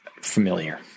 familiar